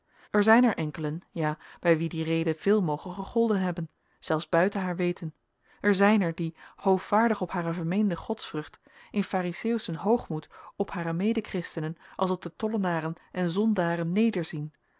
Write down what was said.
er zijn er enkelen ja bij wie die reden veel moge gegolden hebben zelfs buiten haar weten er zijn er die hoovaardig op hare vermeende godsvrucht in fariseeuwschen hoogmoed op hare mede christenen als op de tollenaren en zondaren